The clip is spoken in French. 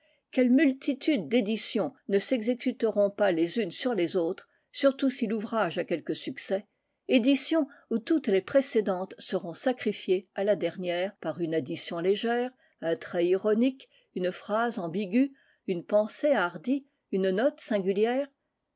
quelle multitude d'éditions ne s'exécuteront pas les unes sur les autres surtout si l'ouvrage a quelque succès éditions où toutes les précédentes seront sacrifiées à la dernière par une addition légère un trait ironique une phrase ambiguë une pensée hardie une note singulière